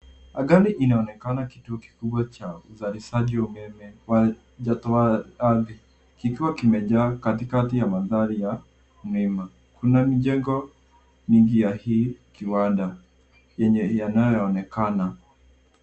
Angani inaonekana kituo kikubwa cha uzalishaji umeme wa joto ardhi kikiwa kimejaa katikati ya mandhari ya milima. Kuna mijengo mingi ya hii kiwanda yenye yanayoonekana.